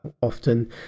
often